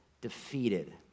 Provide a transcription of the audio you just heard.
defeated